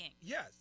yes